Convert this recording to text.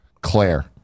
Claire